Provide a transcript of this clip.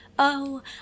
Oh